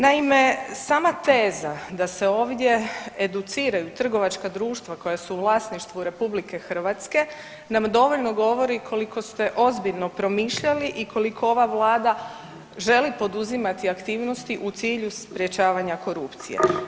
Naime, sama teza da se ovdje educiraju trgovačka društva koja su u vlasništvu RH nam dovoljno govori koliko ste ozbiljno promišljali i koliko ova vlada želi poduzimati aktivnosti u cilju sprječavanja korupcije.